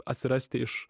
atsirasti iš